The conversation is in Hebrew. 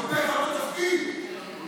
קודמך בתפקיד.